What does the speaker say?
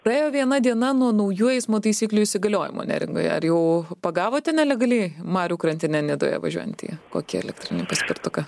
praėjo viena diena nuo naujų eismo taisyklių įsigaliojimo neringoje ar jau pagavote nelegaliai marių krantine nidoje važiuojantį kokį elektrinį paspirtuką